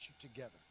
together